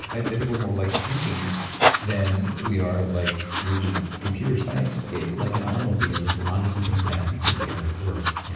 i think we're more like paintings than we are like rigid computer science it's like an automobile. there's a lot of different things that have to be put together to work.